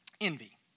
Envy